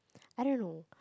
I don't know